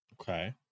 Okay